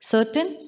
Certain